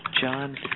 John